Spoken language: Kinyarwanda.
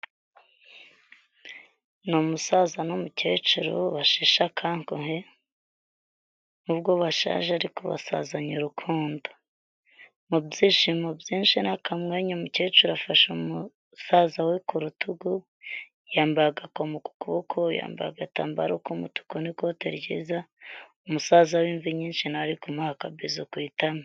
Ni umu umusaza n'umukecuru basheshe akanguhe, n'ubwo bashaje ariko basazanye urukundo mu byishimo byinshi nakamenyu umukecuru afashe umusaza we ku rutugu yambaye agakomo ku kuboko yambaye agatambaro k'umutuku n'ikote ryiza umusaza w'imvi nyinshi anari kumuha akabizo ku itama.